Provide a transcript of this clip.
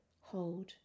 Hold